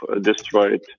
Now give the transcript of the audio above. destroyed